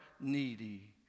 needy